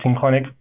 clinic